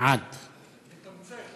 אדוני היושב-ראש,